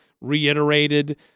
reiterated